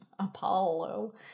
Apollo